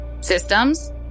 Systems